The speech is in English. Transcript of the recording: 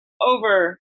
over